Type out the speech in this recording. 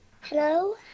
Hello